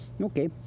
okay